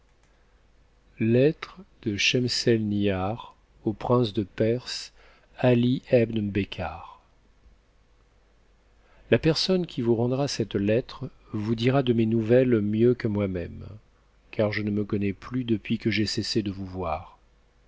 lettre de schemselnihar au prince de pehse al ebn becab la personne qui vous rendra cette lettre vous dira de mes nouvelles mieux que moi mêtne car je ne me connais plus depuis que j'ai cessé de n vous voir